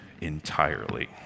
entirely